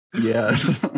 Yes